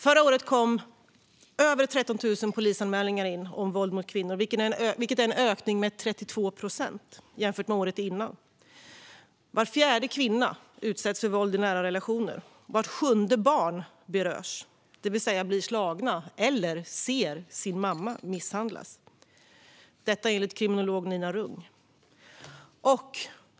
Förra året kom det in över 13 000 polisanmälningar om våld mot kvinnor, vilket är en ökning med 32 procent jämfört med året innan. Var fjärde kvinna utsätts för våld i nära relationer, och vart sjunde barn berörs - det vill säga blir slaget eller ser sin mamma misshandlas - enligt kriminologen Nina Rung.